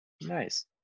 Nice